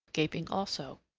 gaping also.